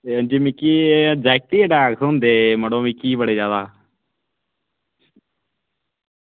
एह् हां जी मिगी ऐनजैयक्टी अटैक होंदे मड़ो मिगी बड़े ज्यादा